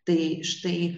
tai štai